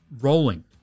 rolling